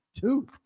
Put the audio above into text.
two